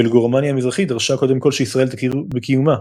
ואילו גרמניה המזרחית דרשה קודם כל שישראל תכיר בקיומה.